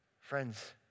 Friends